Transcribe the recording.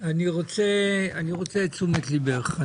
אני רוצה את תשומת ליבך.